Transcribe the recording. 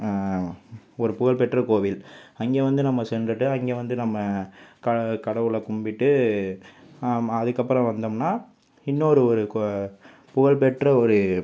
ஒரு புகழ்பெற்ற கோவில் அங்கே வந்து நம்ம சென்றுட்டு அங்கே வந்து நம்ம கா கடவுளை கும்பிட்டு அதுக்கப்புறம் வந்தோம்னா இன்னொரு ஒரு கோ புகழ்பெற்ற ஒரு